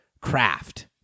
craft